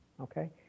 Okay